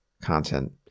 content